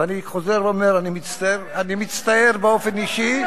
ואני חוזר ואומר, אני מצטער באופן אישי.